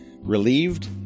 relieved